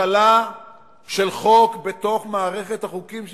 השתלה של חוק בתוך מערכת החוקים של